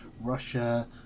Russia